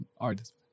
Artist